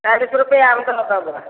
चालिस रुपिआ ओहिमेसँ हम लेबै